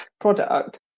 product